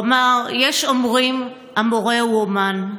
הוא אמר: "יש אומרים: המורה הוא אֻמן.